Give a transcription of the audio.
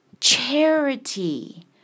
charity